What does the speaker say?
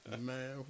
Man